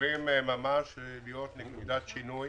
יכולים ממש להיות נקודת שינוי